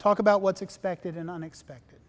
talk about what's expected and unexpected